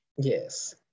Yes